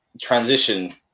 transition